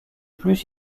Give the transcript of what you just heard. plus